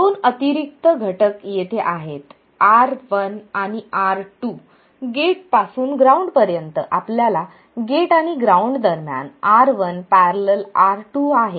दोन अतिरिक्त घटक येथे आहेत R1 आणि R2 गेट पासून ग्राउंड पर्यंत आपल्याकडे गेट आणि ग्राउंड दरम्यान R1।।R2 आहे